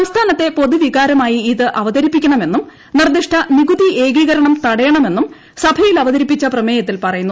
സംസ്ഥാനത്തെ പൊതുവികാരമായി ഇത് അവതരിപ്പിക്കണമെന്നും നിർദ്ദിഷ്ട നികുതി ഏകീകരണം തടയണമെന്നും സഭയിൽ അവതരിപ്പിച്ച പ്രമേയത്തിൽ പറയുന്നു